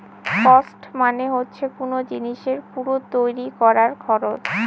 cost মানে হচ্ছে কোন জিনিসের পুরো তৈরী করার খরচ